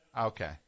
Okay